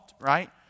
right